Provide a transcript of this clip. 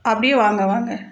அப்படியே வாங்க வாங்க